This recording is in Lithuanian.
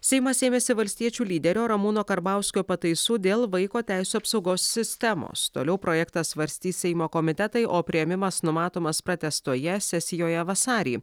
seimas ėmėsi valstiečių lyderio ramūno karbauskio pataisų dėl vaiko teisių apsaugos sistemos toliau projektą svarstys seimo komitetai o priėmimas numatomas pratęstoje sesijoje vasarį